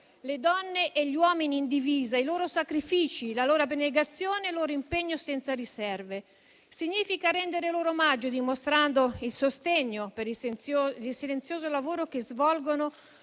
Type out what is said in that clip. le donne e gli uomini in divisa, i loro sacrifici, la loro abnegazione e il loro impegno senza riserve; significa rendere loro omaggio dimostrando il sostegno per il silenzioso lavoro che svolgono